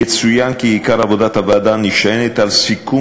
יצוין כי עיקר עבודת הוועדה נשען על סיכום